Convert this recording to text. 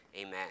Amen